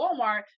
Walmart